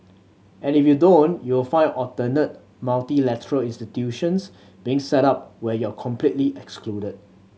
and if you don't you will find alternate multilateral institutions being set up where you are completely excluded